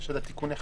של תיקוני החקיקה.